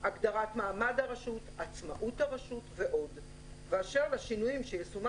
התדמית שלהם